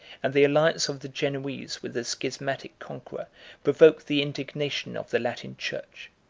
and the alliance of the genoese with the schismatic conqueror provoked the indignation of the latin church.